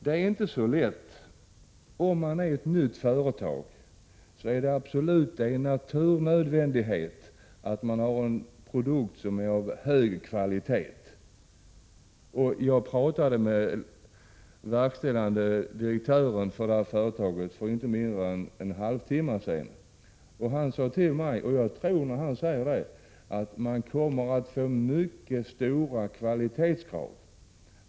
Det är en naturnödvändighet för ett nytt företag att ha en produkt som är av hög kvalitet. Jag talade med verkställande direktören i företaget för mindre än en halvtimme sedan. Han sade till mig att det kommer att ställas mycket höga krav på kvaliteten på 2 produkterna.